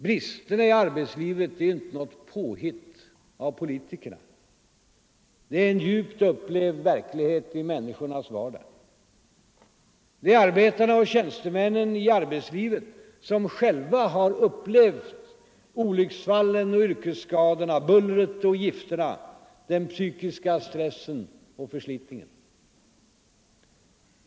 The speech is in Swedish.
Bristerna i arbetslivet är inte något påhitt av politikerna. Det är en djupt upplevd verklighet i människornas vardag. Det är arbetarna och tjänstemännen ute i arbetslivet som själva har upplevt olycksfallen och yrkesskadorna, bullret och gifterna, den psykiska stressen och förslitningen.